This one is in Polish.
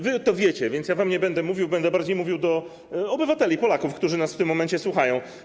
Wy to wiecie, więc ja wam nie będę mówił, będę bardziej mówił do obywateli, Polaków, którzy nas w tym momencie słuchają.